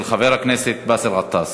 מס' 3275, של חבר הכנסת באסל גטאס.